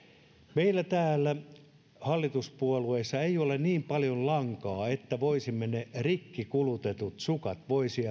meillä täällä hallituspuolueissa ei ole niin paljon lankaa että ne rikki kulutetut sukat